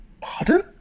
pardon